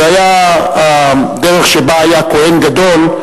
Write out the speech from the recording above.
זו היתה הדרך שבה היה הכוהן הגדול,